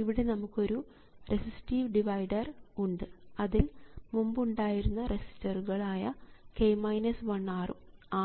ഇവിടെ നമുക്ക് ഒരു റെസിസ്റ്റീവ് ഡിവൈഡർ ഉണ്ട് അതിൽ മുമ്പുണ്ടായിരുന്ന റെസിസ്റ്ററുകൾ ആയ R ഉം